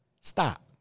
Stop